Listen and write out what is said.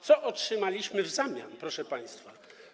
Co otrzymaliśmy w zamian, proszę państwa?